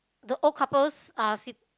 the old couples are sit